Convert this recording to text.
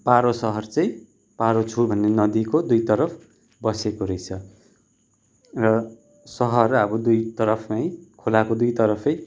पारो सहर चाहिँ पारोछु भन्ने नदीको दुईतरफ बसेको रहेछ सहर अब दुई तरफै खोलाको दुई तरफै